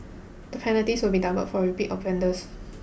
the penalties will be doubled for repeat offenders